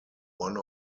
one